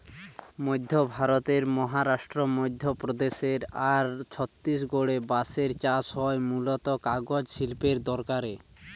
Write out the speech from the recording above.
মধ্য ভারতের মহারাষ্ট্র, মধ্যপ্রদেশ আর ছত্তিশগড়ে বাঁশের চাষ হয় মূলতঃ কাগজ শিল্পের দরকারে